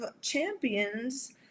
champions